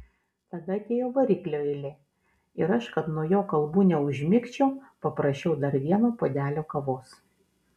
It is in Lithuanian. tada atėjo variklio eilė ir aš kad nuo jo kalbų neužmigčiau paprašiau dar vieno puodelio kavos